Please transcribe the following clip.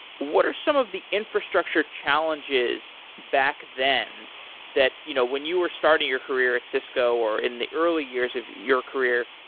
what are some of the infrastructure challenges back then that, you know, when you were starting your career at cisco, or in the early years of your career.